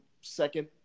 second